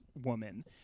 woman